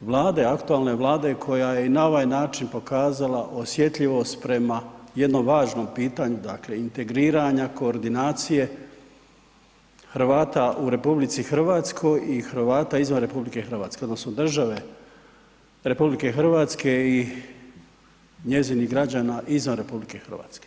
Vlade, aktualne Vlade koja je i na ovaj način pokazala osjetljivost prema jednom važnom pitanju dakle integriranja, koordinacije Hrvata u RH i Hrvata izvan RH odnosno države RH i njezinih građana izvan RH.